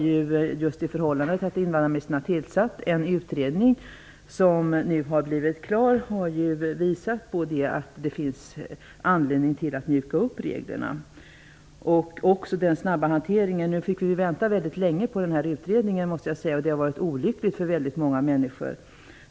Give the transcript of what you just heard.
Just det förhållandet att invandrarministern har tillsatt en utredning, som nu har blivit klar, har visat att det finns anledning att mjuka upp reglerna och även den snabba hanteringen. Vi fick vänta mycket länge på den här utredningen, måste jag säga, och det har varit olyckligt för många människor.